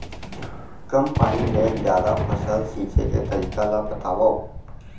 कम पानी ले जादा फसल सींचे के तरीका ला बतावव?